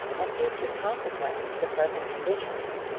and future consequences to present conditions.